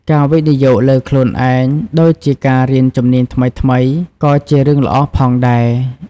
ការវិនិយោគលើខ្លួនឯង ដូចជាការរៀនជំនាញថ្មីៗ ក៏ជារឿងល្អផងដែរ។